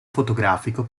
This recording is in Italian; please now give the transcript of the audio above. fotografico